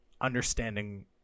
understanding